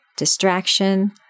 Distraction